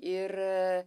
ir a